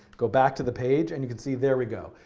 go back to the page. and you can see, there we go.